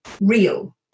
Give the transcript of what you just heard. real